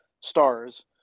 stars